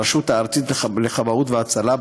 הרשות הארצית לכבאות והצלה,